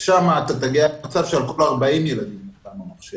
שם תגיע למצב שעל כל 40 ילד יהיה מחשב.